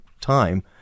time